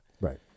Right